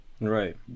Right